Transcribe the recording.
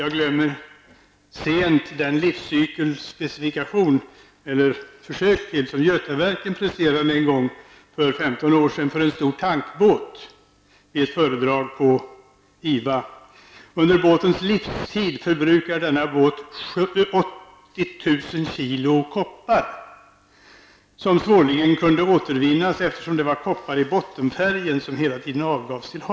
Jag glömmer sent den livscykelspecifikation, eller försök till en sådan, som Götaverken i ett föredrag på IVA presenterade en gång för 15 år sedan för en stor tankbåt. Under båtens livstid förbrukar den 80 000 kg koppar, som svårligen kunde återvinnas, eftersom det var koppar i bottenfärgen som hela tiden avgavs till havet.